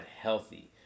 healthy